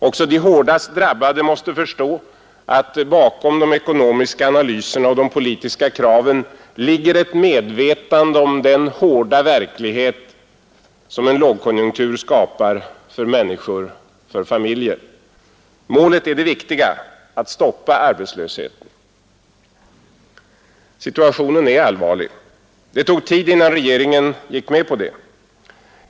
Också de hårdast drabbade måste förstå, att bakom de ekonomiska analyserna och de politiska kraven ligger ett medvetande om den hårda verklighet, som en lågkonjunktur skapar för människor, för familjer. Målet är det viktiga: att stoppa arbetslösheten. Situationen är allvarlig. Det tog tid innan regeringen gick med på det.